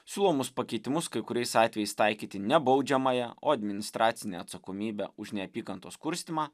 siūlomus pakeitimus kai kuriais atvejais taikyti ne baudžiamąją o administracinę atsakomybę už neapykantos kurstymą